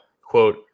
quote